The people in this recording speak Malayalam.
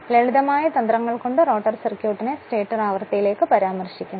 അതിനാൽ ഈ ലളിതമായ തന്ത്രങ്ങൾ റോട്ടർ സർക്യൂട്ടിനെ സ്റ്റേറ്റർ ആവൃത്തിയിലേക്ക് പരാമർശിക്കുന്നു